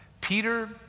peter